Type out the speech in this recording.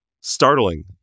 startling